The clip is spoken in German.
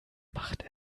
macht